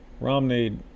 Romney